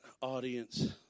audience